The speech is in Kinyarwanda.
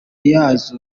yazo